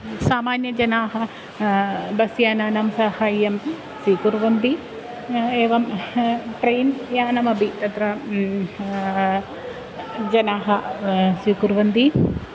सामान्यजनाः बस् यानानां साहाय्यं स्वीकुर्वन्ति एवं ट्रैन् यानमपि तत्र जनाः स्वीकुर्वन्ति